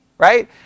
Right